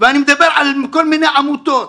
אני מדבר על כל מיני עמותות,